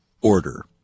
Order